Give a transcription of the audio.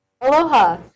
Aloha